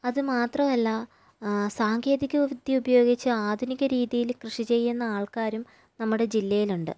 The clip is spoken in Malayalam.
അത് മാത്രമല്ല സാങ്കേതിക വിദ്യ ഉപയോഗിച്ച് ആധുനിക രീതിയില് കൃഷി ചെയ്യുന്ന ആൾക്കാരും നമ്മുടെ ജില്ലയിലുണ്ട്